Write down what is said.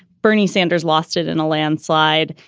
bernie sanders lost it in a landslide.